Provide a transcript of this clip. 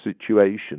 situation